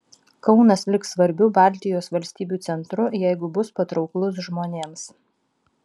kaunas liks svarbiu baltijos valstybių centru jeigu bus patrauklus žmonėms